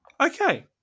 Okay